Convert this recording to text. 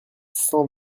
cent